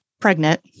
pregnant